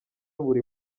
buri